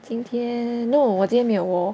今天 no 我没有 work lor